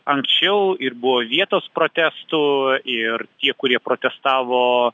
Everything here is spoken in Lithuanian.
anksčiau ir buvo vietos protestų ir tie kurie protestavo